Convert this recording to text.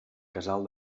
casal